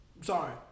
sorry